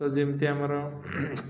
ତ ଯେମିତି ଆମର